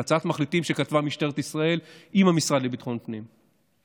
את הצעת המחליטים כתבה משטרת ישראל עם המשרד לביטחון פנים.